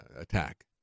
attack